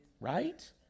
right